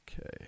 Okay